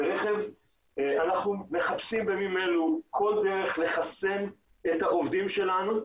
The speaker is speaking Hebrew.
אנחנו מחפשים בימים אלו כל דרך לחסן את העובדים שלנו.